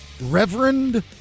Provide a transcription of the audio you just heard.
Reverend